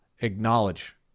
Acknowledge